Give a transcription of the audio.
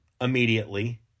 immediately